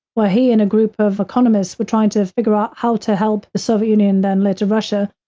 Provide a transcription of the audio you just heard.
where he in a group of economists were trying to figure out how to help the soviet union, then later, russia,